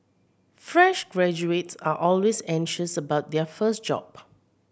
fresh graduates are always anxious about their first job